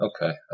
Okay